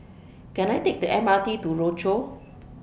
Can I Take The M R T to Rochor